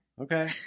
okay